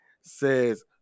says